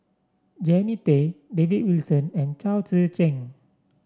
Jannie Tay David Wilson and Chao Tzee Cheng